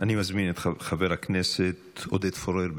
אני מזמין את חבר הכנסת עודד פורר.